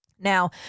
Now